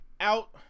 out